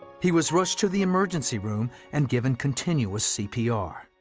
he was rushed to the emergency room, and given continuous cpr.